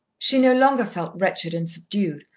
she no longer felt wretched and subdued,